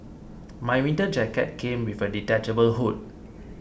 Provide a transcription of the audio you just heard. my winter jacket came with a detachable hood